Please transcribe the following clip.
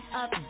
up